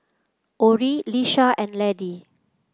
Orrie Lisha and Laddie